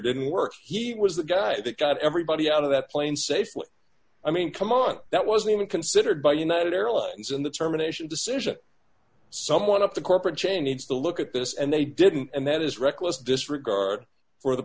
didn't work he was the guy that got everybody out of that plane safely i mean come on that wasn't considered by united airlines in the terminations decision someone up the corporate chain needs to look at this and they didn't and that is reckless disregard for the